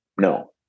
no